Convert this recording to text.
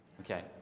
Okay